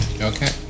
Okay